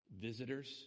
visitors